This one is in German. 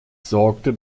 sorgte